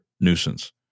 nuisance